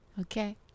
Okay